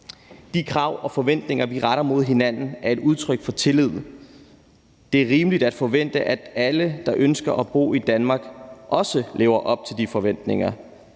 de krav og forventninger, vi retter mod hinanden, er et udtryk for tillid, og det er også rimeligt at forvente, at alle, der ønsker at bo i Danmark, lever op til de forventninger.